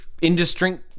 industry